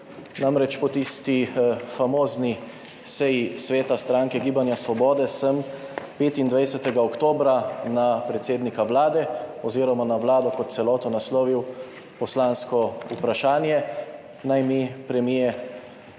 Namreč, po tisti famozni seji sveta stranke Gibanja Svobode sem 25. oktobra na predsednika Vlade oziroma na vlado kot celoto naslovil poslansko vprašanje, naj mi premier